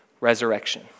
resurrection